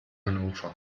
hannover